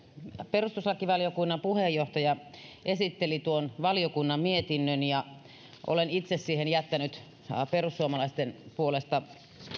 perustuslakivaliokunnan puheenjohtaja esitteli tuon valiokunnan mietinnön ja olen itse siihen jättänyt perussuomalaisten puolesta